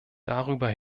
darüber